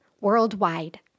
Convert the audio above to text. Worldwide